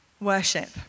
worship